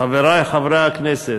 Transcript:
חברי חברי הכנסת,